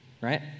Right